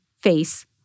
face